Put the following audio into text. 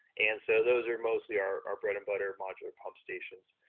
and so those are mostly our bread and butter modular pump stations.